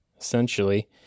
Essentially